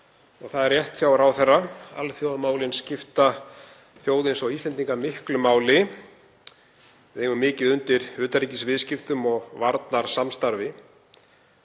Það er rétt hjá ráðherra, alþjóðamálin skipta þjóð eins og Íslendinga miklu máli. Við eigum mikið undir utanríkisviðskiptum og varnarsamstarfi.